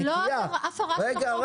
זה לא הפרה של החוק, מונופול.